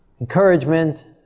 encouragement